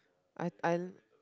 I I